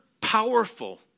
powerful